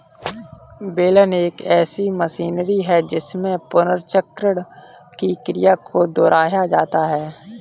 बेलन एक ऐसी मशीनरी है जिसमें पुनर्चक्रण की क्रिया को दोहराया जाता है